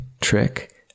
trick